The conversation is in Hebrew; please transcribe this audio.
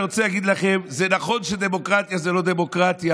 אני רוצה להגיד לכם שזה נכון שדמוקרטיה זה לא דמוקרטיה,